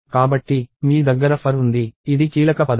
కాబట్టి మీ దగ్గర for ఉంది ఇది కీలక పదం